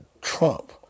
Trump